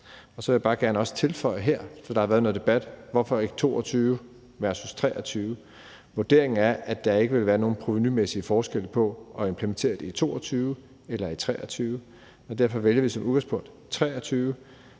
Så vil jeg også bare gerne tilføje her – for der har været noget debat om, hvorfor det ikke også er i 2022 – at vurderingen er, at der ikke vil være nogen provenumæssige forskelle på at implementere det i 2022 og i 2023, og derfor vælger vi som udgangspunkt 2023,